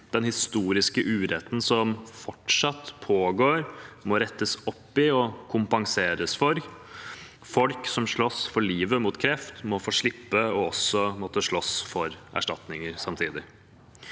Den historiske uretten som fortsatt pågår, må rettes opp og kompenseres for. Folk som slåss for livet mot kreft, må få slippe å slåss for erstatninger samtidig.